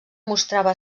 mostrava